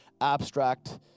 abstract